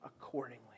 accordingly